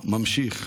ממשיך,